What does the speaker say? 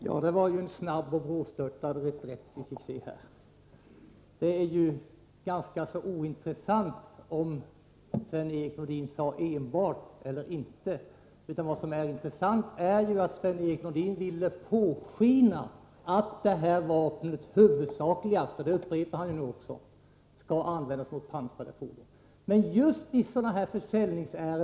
Herr talman! Det var en snabb och brådstörtad reträtt. Det är ganska ointressant om Sven-Erik Nordin sade att vapnet ”enbart” hade konstruerats för det här ändamålet eller om han sade att det ”inte enbart” gjort det. Det intressanta är att Sven-Erik Nordin vill låta påskina att vapnet huvudsakligast — och det upprepade han nu — skall användas mot pansrade fordon.